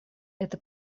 это